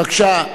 בבקשה.